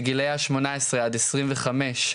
שגילאי השמונה עשרה עד עשרים וחמש,